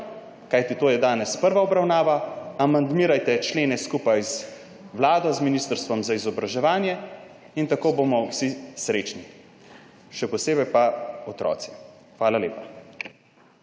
kajti to je danes prva obravnava, amandmirajte člene skupaj z Vlado, z Ministrstvom za izobraževanje in tako bomo vsi srečni, še posebej pa otroci. Hvala lepa.